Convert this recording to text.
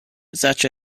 such